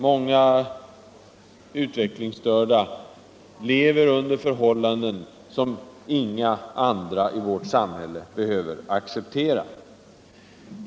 Många utvecklingsstörda lever under förhållanden som inga andra i vårt samhälle behöver acceptera.